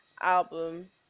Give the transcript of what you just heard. album